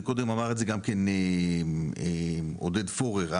וקודם אמר את זה גם עודד פורר,